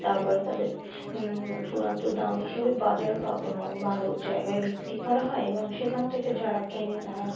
তারপরে তাদের চূড়ান্ত দাম হিসাবে বাজার বা কোনো ভালো জায়গায় বিক্রি করা হয় এবং সেখান থেকে যারা কেনে তারা